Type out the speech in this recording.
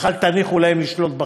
אך אל תניחו להם לשלוט בכם.